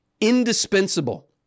Indispensable